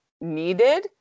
needed